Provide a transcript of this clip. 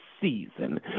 season